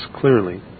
clearly